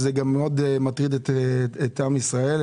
זה מאוד מטריד את עם ישראל,